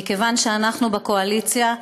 מכיוון שאנחנו בקואליציה,